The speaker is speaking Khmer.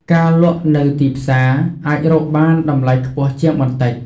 ការលក់នៅទីផ្សារ អាចរកបានតម្លៃខ្ពស់ជាងបន្តិច។